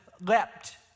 leapt